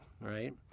right